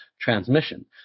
transmission